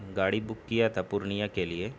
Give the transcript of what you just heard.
گاڑی بک کیا تھا پورنیہ کے لیے